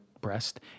breast